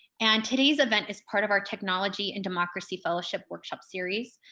and today's event is part of our technology and democracy fellowship workshop series.